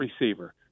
receiver